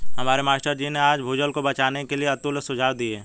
हमारे मास्टर जी ने आज भूजल को बचाने के लिए अतुल्य सुझाव दिए